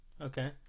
Okay